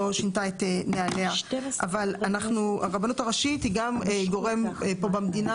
שינתה את נהליה אבל הרבנות הראשית היא גם גורם פה במדינה